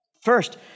First